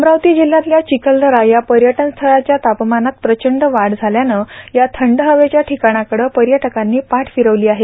अमरावती जिल्हयातल्या चिखलदरा या पर्यटनस्थळाच्या तापमानात प्रचंड वाढ झाल्यानं या थंड हवेच्या ठिकाणाकडं पर्यटकांनी पाठ फिरवली आहे